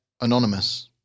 Anonymous